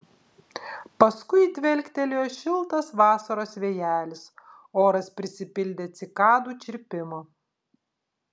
paskui dvelktelėjo šiltas vasaros vėjelis oras prisipildė cikadų čirpimo